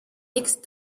next